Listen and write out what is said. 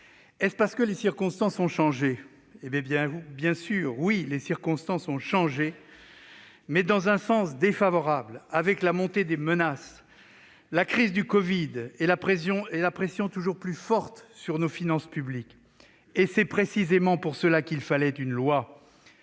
Est-ce parce que les circonstances ont changé ? Oui, les circonstances ont changé, mais dans un sens défavorable, avec la montée des menaces, la crise du covid-19 et la pression toujours plus forte sur nos finances publiques ! C'est précisément pour cela qu'il fallait une loi.